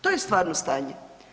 To je stvarno stanje.